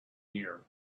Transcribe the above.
year